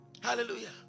Hallelujah